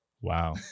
Wow